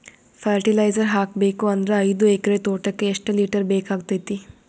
Fertiliser ಹಾಕಬೇಕು ಅಂದ್ರ ಐದು ಎಕರೆ ತೋಟಕ ಎಷ್ಟ ಲೀಟರ್ ಬೇಕಾಗತೈತಿ?